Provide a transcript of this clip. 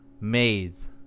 Maze